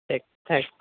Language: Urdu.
ٹھیک تھینک